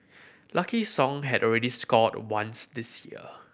Lucky Song had already scored once this year